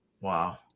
Wow